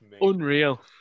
Unreal